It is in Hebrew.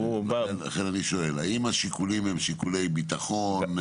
לכן אני שואל, האם השיקולים הם שיקולי ביטחון?